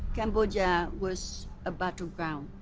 cambodia was a battleground.